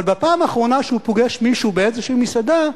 אבל בפעם האחרונה שהוא פוגש מישהו באיזושהי מסעדה,